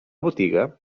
botiga